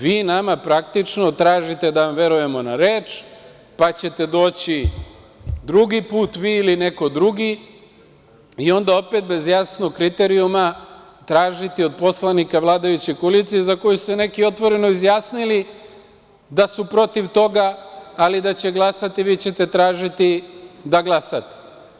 Vi nama praktično tražite da vam verujemo na reč, pa ćete doći drugi put, vi ili neko drugi, i onda opet bez jasnog kriterijuma tražiti od poslanika vladajuće koalicije za koji su se neki otvoreno izjasnili da su protiv toga, ali da će glasati, vi ćete tražiti da glasaju.